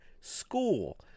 school